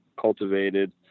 cultivated